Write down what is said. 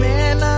Man